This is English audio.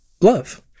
love